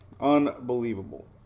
Unbelievable